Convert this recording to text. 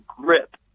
grip